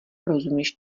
rozumíš